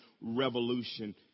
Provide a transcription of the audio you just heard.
revolution